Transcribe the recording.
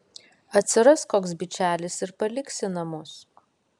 atsiras koks bičelis ir paliksi namus